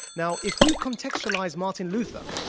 now, if we contextualize martin luther,